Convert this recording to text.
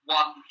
one